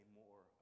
more